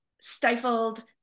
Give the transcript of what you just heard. stifled